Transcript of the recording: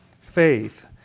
faith